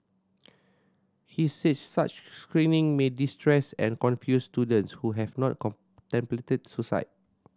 he said such screening may distress and confuse students who have not contemplated suicide